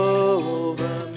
over